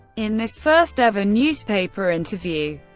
in this first-ever newspaper interview,